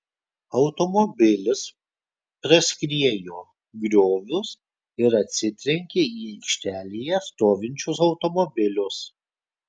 automobilis praskriejo griovius ir atsitrenkė į aikštelėje stovinčius automobilius